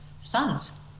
sons